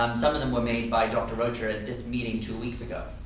um some of them were made by dr. rocha at this meeting two weeks ago.